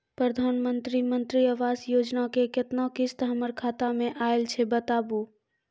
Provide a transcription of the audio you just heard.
प्रधानमंत्री मंत्री आवास योजना के केतना किस्त हमर खाता मे आयल छै बताबू?